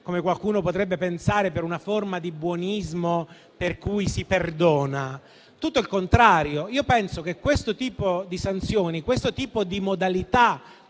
come qualcuno potrebbe pensare - per una forma di buonismo, per cui si perdona. Tutto il contrario: io penso che questo tipo di sanzioni e questa modalità